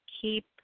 keep